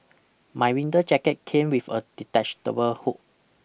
my winter jacket came with a detachable hood